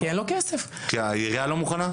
כי העירייה לא מוכנה?